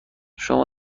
شما